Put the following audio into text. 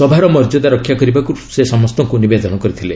ସଭାର ମର୍ଯ୍ୟାଦା ରକ୍ଷା କରିବାକୁ ସେ ସମସ୍ତଙ୍କୁ ନିବେଦନ କରିଥିଲେ